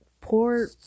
poor